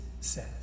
says